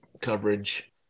coverage